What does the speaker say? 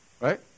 Right